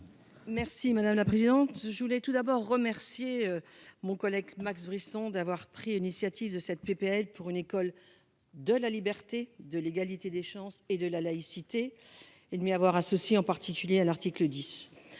sur l'article. Je voulais tout d'abord remercier mon collègue Max Brisson d'avoir pris l'initiative de cette proposition de loi pour « une école de la liberté, de l'égalité des chances et de la laïcité », et de m'y avoir associée, en particulier à l'article 10.